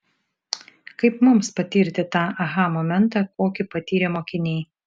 kaip mums patirti tą aha momentą kokį patyrė mokiniai